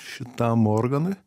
šitam organui